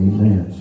Amen